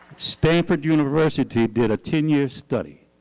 stanford university did a ten year study